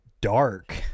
dark